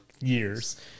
years